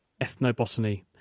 ethnobotany